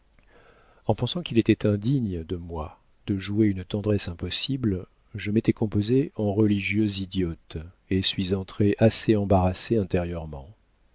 en pensant qu'il était indigne de moi de jouer une tendresse impossible je m'étais composée en religieuse idiote et suis entrée assez embarrassée intérieurement